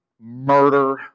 murder